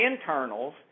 internals